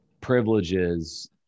privileges